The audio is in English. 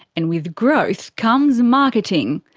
and with growth comes marketing.